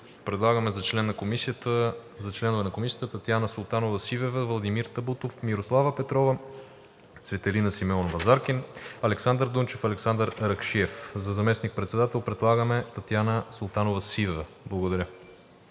предлагаме за членове на Комисията Татяна Султанова-Сивева, Владимир Табутов, Мирослава Петрова, Цветелина Симеонова-Заркин, Александър Дунчев, Александър Ракшиев, а за заместник-председател предлагаме Татяна Султанова-Сивева. Благодаря.